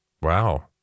Wow